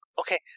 Okay